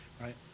right